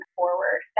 forward